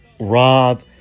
Rob